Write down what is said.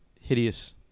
hideous